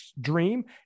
dream